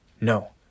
no